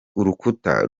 urukuta